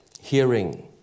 hearing